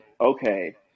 Okay